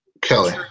Kelly